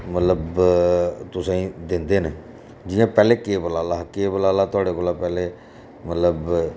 मतलब तुसेंई दिंदे न जि'यां पैह्ले केवल आह्ला हा केवल आह्ला थुआढ़े कोला पैह्ले मतलब